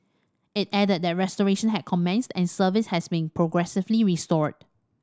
it added that restoration had commenced and service has been progressively restored